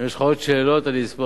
אם יש לך עוד שאלות, אני אשמח.